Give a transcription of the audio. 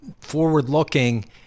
forward-looking